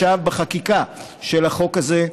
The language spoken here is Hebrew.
ישב בחקיקה של החוק הזה,